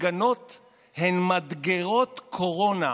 הפגנות הן מדגרות קורונה.